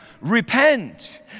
Repent